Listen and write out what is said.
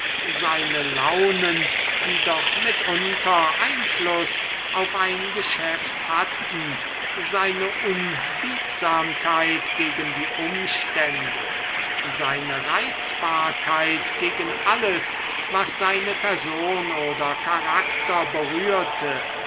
seine launen die doch mitunter einfluß auf ein geschäft hatten seine unbiegsamkeit gegen die umstände seine reizbarkeit gegen alles was seine person oder charakter berührte